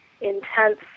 intense